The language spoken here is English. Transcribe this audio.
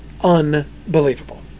unbelievable